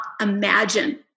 imagine